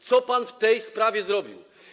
Co pan w tej sprawie zrobił?